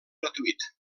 gratuït